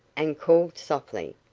and called softly,